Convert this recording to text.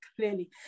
clearly